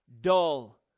dull